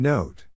Note